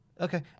Okay